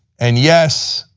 and yes,